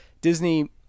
Disney